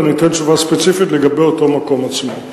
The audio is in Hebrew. ואני אתן תשובה ספציפית לגבי אותו מקום עצמו.